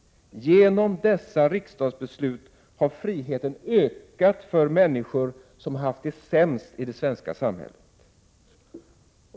Genom dessa riksdagsbeslut har friheten ökat för de människor som haft det sämst i det svenska samhället.